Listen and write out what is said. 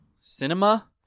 cinema